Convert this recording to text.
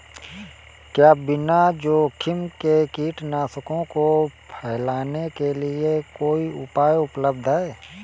क्या बिना जोखिम के कीटनाशकों को फैलाने के लिए कोई उपकरण उपलब्ध है?